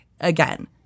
Again